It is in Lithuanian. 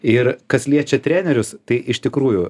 ir kas liečia trenerius tai iš tikrųjų